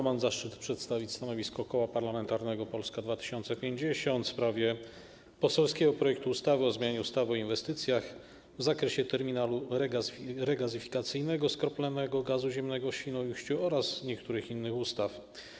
Mam zaszczyt przedstawić stanowisko Koła Parlamentarnego Polska 2050 w sprawie poselskiego projektu ustawy o zmianie ustawy o inwestycjach w zakresie terminalu regazyfikacyjnego skroplonego gazu ziemnego w Świnoujściu oraz niektórych innych ustaw.